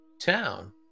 town